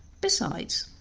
besides,